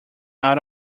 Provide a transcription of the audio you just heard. out